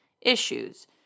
issues